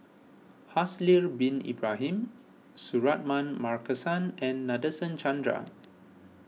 Haslir Bin Ibrahim Suratman Markasan and Nadasen Chandra